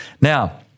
Now